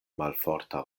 malforta